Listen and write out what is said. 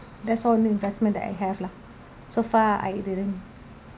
that's all the investment that I have lah so far I didn't